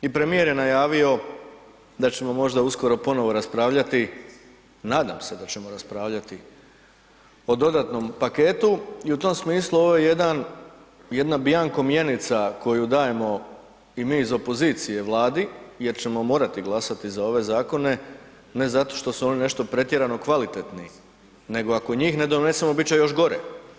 I premijer je najavio da ćemo možda uskoro ponovo raspravljati, nadam se da ćemo raspravljati o dodatnom paketu i u tom smislu ovo je jedan, jedna bianco mjenica koju dajemo i mi iz opozicije Vladi jer ćemo morati glasati za ove zakone, ne zato što su oni nešto pretjerano kvalitetni, nego ako njih ne donesemo bit će još gore.